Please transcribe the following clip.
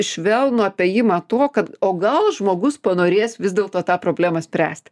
švelnų apėjimą to kad o gal žmogus panorės vis dėlto tą problemą spręsti